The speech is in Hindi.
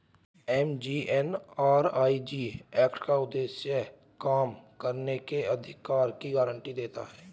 एम.जी.एन.आर.इ.जी एक्ट का उद्देश्य काम करने के अधिकार की गारंटी देना है